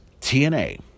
tna